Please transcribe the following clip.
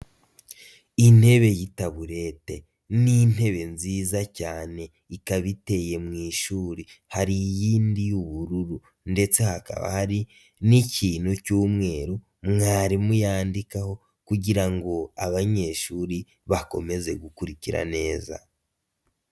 Intebe y'itaburete ni intebe nziza cyane ikaba iteye mu ishuri, hari iyindi y'ubururu ndetse hakaba hari n'ikintu cy'umweru, mwarimu yandikaho kugira ngo abanyeshuri bakomeze gukurikira neza.